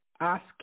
ask